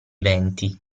venti